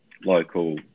local